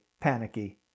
panicky